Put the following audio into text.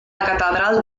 catedral